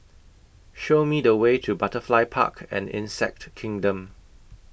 Show Me The Way to Butterfly Park and Insect Kingdom